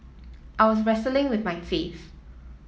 I was wrestling with my faith